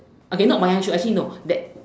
okay not wayang show actually no that